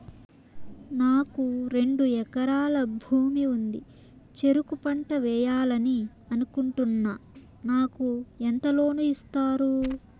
నాకు రెండు ఎకరాల భూమి ఉంది, చెరుకు పంట వేయాలని అనుకుంటున్నా, నాకు ఎంత లోను ఇస్తారు?